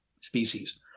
species